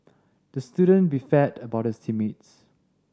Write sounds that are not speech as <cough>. the student <unintelligible> about his team mates